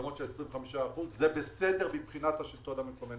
מקדמות של 25%. זה בסדר מבחינת השלטון המקומי.